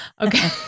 Okay